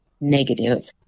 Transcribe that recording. negative